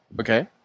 Okay